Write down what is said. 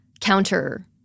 counter